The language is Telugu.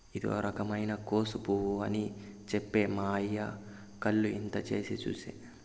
ఇదో రకమైన కోసు పువ్వు అని చెప్తే మా అయ్య కళ్ళు ఇంత చేసి చూసే